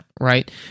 right